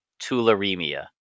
tularemia